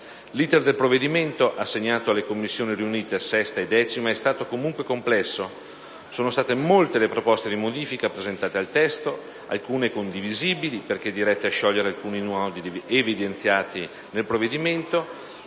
L'*iter* del provvedimento, assegnato alle Commissioni riunite 6a e 10a, è stato comunque complesso. Sono state molte le proposte di modifica presentate al testo, alcune condivisibili, perché dirette a sciogliere alcuni nodi evidenziati nel provvedimento,